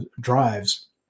drives